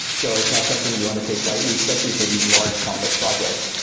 so it's not something you want to take lightly especially for these large complex projects.